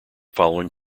following